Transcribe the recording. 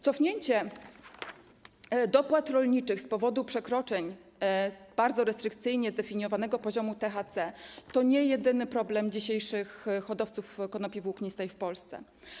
Cofnięcie dopłat rolniczych z powodu przekroczeń bardzo restrykcyjnie zdefiniowanego poziomu THC nie jest jedynym problemem dzisiejszych hodowców konopi włóknistych w Polsce.